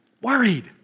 Worried